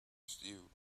stew